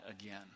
again